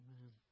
Amen